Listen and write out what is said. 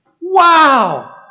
Wow